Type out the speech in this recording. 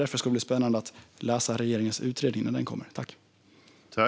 Därför ska det bli spännande att läsa vad regeringens utredning kommer fram till.